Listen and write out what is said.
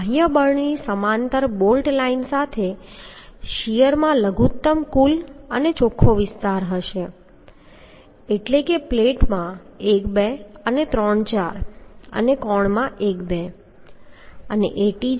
આ બાહ્ય બળની સમાંતર બોલ્ટ લાઇન સાથે શીયરમાં લઘુત્તમ કુલ અને ચોખ્ખો વિસ્તાર હશે એટલે કે પ્લેટમાં 1 2 અને 3 4 અને કોણમાં 1 2